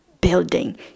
building